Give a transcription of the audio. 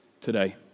today